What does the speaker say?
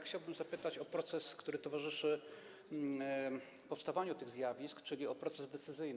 Chciałbym zapytać o proces, który towarzyszy powstawaniu tych zjawisk, czyli o proces decyzyjny.